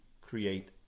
create